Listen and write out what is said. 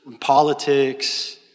politics